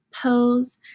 pose